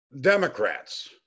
democrats